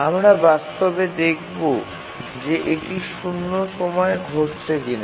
আমরা বাস্তবে দেখবো যে এটি ০ সময়ে ঘটছে কিনা